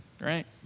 Right